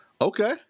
Okay